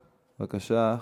בבקשה,